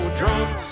drunk